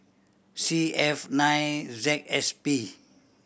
C F nine Z S P